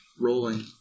rolling